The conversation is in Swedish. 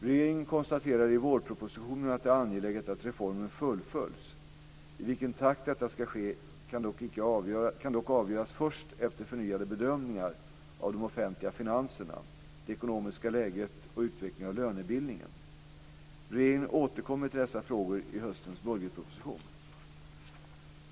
Regeringen konstaterade i vårpropositionen att det är angeläget att reformen fullföljs. I vilken takt detta ska ske kan dock avgöras först efter förnyade bedömningar av de offentliga finanserna, det ekonomiska läget och utvecklingen av lönebildningen. Regeringen återkommer till dessa frågor i höstens budgetproposition.